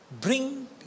Bring